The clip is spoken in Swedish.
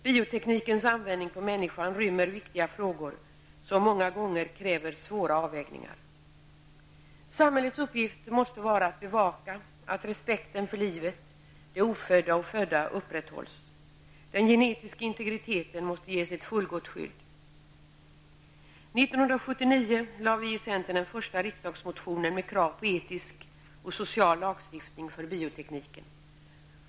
Bioteknikens användning på människan rymmer viktiga frågor som många gånger kräver svåra avvägningar. Samhällets uppgift måste vara att bevaka att respekten för livet, såväl det ofödda som det födda, upprätthålls. Den genetiska integriteten måste ges ett fullgott skydd. År 1979 lade vi i centern fram den första riksdagsmotionen med krav på etisk och social lagstiftning för biotekniken.